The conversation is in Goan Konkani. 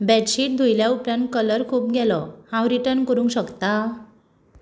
बॅडशीट धुयल्या उपरांत कलर खूब गेलो हांव रिटन करूंक शकतां